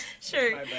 Sure